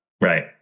Right